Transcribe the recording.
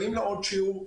באים לעוד שיעור.